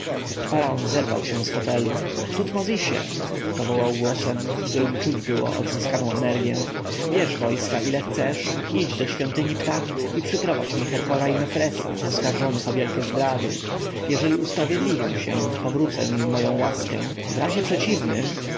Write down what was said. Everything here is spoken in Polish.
zerwał się z fotelu tutmozisie zawołał głosem w którym było czuć odzyskaną energję bierz wojska ile chcesz idź do świątyni ptah i przyprowadź mi herhora i mefresa oskarżonych o wielkie zdrady jeżeli usprawiedliwią się powrócę im moją łaskę w razie przeciwnym